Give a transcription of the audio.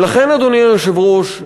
ולכן, אדוני היושב-ראש,